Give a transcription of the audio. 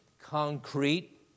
concrete